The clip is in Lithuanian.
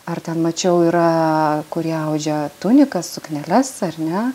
ar ten mačiau yra kurie audžia tunikas sukneles ar ne